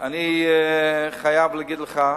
אני חייב להגיד לך,